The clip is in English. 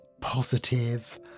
positive